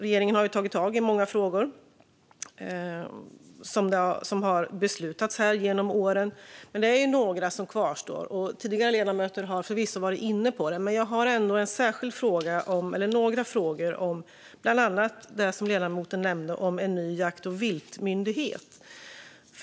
Regeringen har tagit tag i många frågor som har beslutats om här genom åren, men det är några som kvarstår. Tidigare talare har förvisso varit inne på det, men jag har ändå några särskilda frågor om bland annat det som ledamoten nämnde om en ny jakt och viltmyndighet.